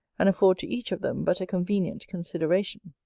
and afford to each of them but a convenient consideration!